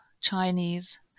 chinese